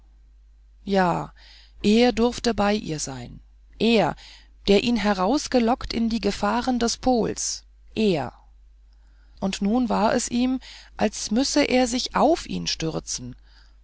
ja er durfte bei ihr sein er der ihn hinausgelockt in die gefahren des pols er und nun war es ihm als müsse er sich auf ihn stürzen